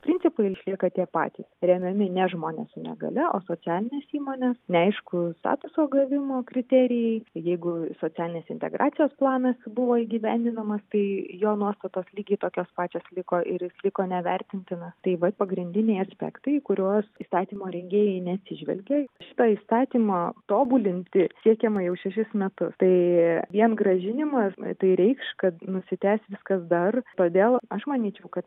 principai išlieka tie patys remiami ne žmonės su negalia o socialinės įmonės neaiškūs statuso gavimo kriterijai jeigu socialinės integracijos planas buvo įgyvendinamas tai jo nuostatos lygiai tokios pačios liko ir išliko nevertintina tai va pagrindiniai aspektai į kuriuos įstatymo rengėjai neatsižvelgė šitą įstatymą tobulinti siekiama jau šešis metus tai vien grąžinimas tai reikš kad nusitęs viskas dar todėl aš manyčiau kad